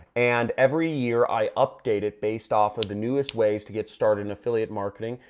and every year i update it based off of the newest ways to get started in affiliate marketing.